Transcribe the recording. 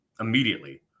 immediately